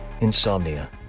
Insomnia